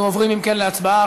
אנחנו עוברים, אם כן, להצבעה.